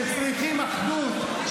-- שצריכים אחדות,